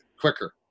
quicker